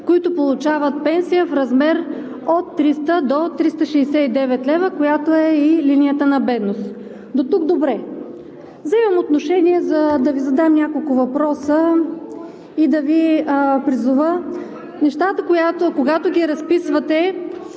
които получават пенсия в размер от 300 до 369 лв., която е и линията на бедност. Дотук – добре. Взимам отношение, за да Ви задам няколко въпроса и да Ви призова, когато разписвате